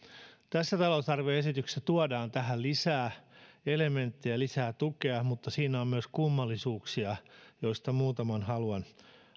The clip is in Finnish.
tässä talousarvioesityksessä tuodaan tähän lisää elementtejä lisää tukea mutta siinä on on myös kummallisuuksia joista muutaman haluan